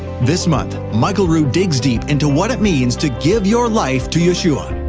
this month, michael rood digs deep into what it means to give your life to yeshua.